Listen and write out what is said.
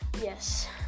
Yes